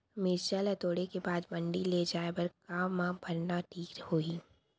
मिरचा ला तोड़े के बाद मंडी ले जाए बर का मा भरना ठीक होही?